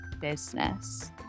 business